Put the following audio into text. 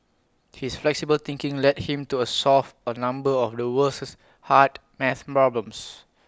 his flexible thinking led him to A solve A number of the world's harder math problems